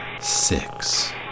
Six